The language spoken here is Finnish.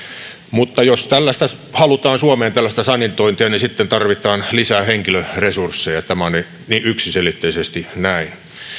mutta jos halutaan suomeen tällaista sanitointia niin sitten tarvitaan lisää henkilöresursseja tämä on yksiselitteisesti näin